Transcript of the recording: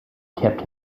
kept